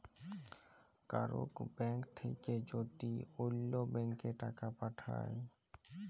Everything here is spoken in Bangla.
কারুর ব্যাঙ্ক থাক্যে যদি ওল্য ব্যাংকে টাকা পাঠায়